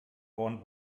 vorn